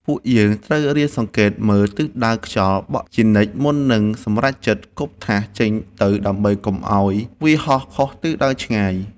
ពួកយើងត្រូវរៀនសង្កេតមើលទិសដៅខ្យល់បក់ជានិច្ចមុននឹងសម្រេចចិត្តគប់ថាសចេញទៅដើម្បីកុំឱ្យវាហោះខុសទិសដៅឆ្ងាយ។